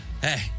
Hey